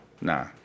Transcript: Nah